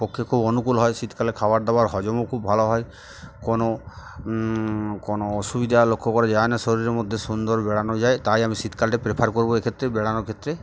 পক্ষে খুব অনুকূল হয় শীতকালে খাবার দাওয়ার হজমও খুব ভালো হয় কোনো কোনো অসুবিধা লক্ষ্য করা যায় না শরীরের মধ্যে সুন্দর বেড়ানো যায় তাই আমি শীতকালটা প্রেফার করবো এক্ষেত্রে বেড়ানোর ক্ষেত্রে